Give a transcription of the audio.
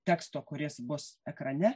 teksto kuris bus ekrane